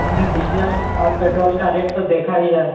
आपने डीजल और पेट्रोल का रेट तो देखा ही है